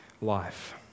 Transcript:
life